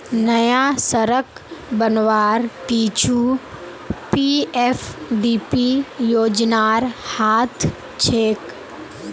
नया सड़क बनवार पीछू पीएफडीपी योजनार हाथ छेक